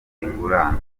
ingurane